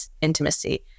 intimacy